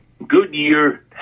Goodyear